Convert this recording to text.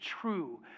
true